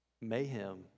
mayhem